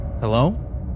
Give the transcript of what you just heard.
Hello